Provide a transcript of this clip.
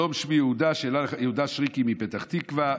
שלום, שמי יהודה שריקי מפתח תקווה.